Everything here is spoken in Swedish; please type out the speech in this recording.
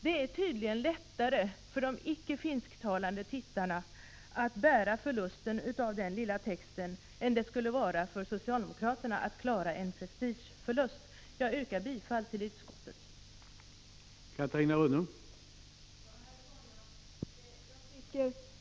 Det är tydligen lättare för de icke finsktalande tittarna att bära förlusten av den lilla tjänsten än det skulle vara för socialdemokraterna att klara prestigeförlusten. Jag yrkar bifall till utskottets hemställan.